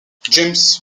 james